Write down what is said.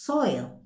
Soil